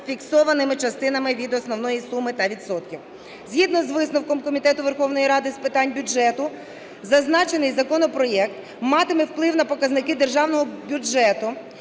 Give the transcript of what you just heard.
фіксованими частинами від основної суми та відсотків. Згідно з висновком Комітету Верховної Ради з питань бюджету зазначений законопроект матиме вплив на показники державного бюджету,